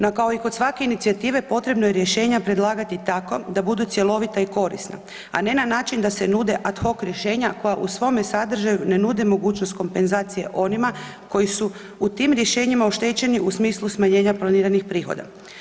No kao i kod svake inicijative potrebno je rješenja predlagati tako da budu cjelovita i korisna, a ne na način da se nude ad hoc rješenja koja u svome sadržaju ne nude mogućnost kompenzacije onima koji su u tim rješenjima oštećeni u smislu smanjenja planiranih prihoda.